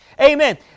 Amen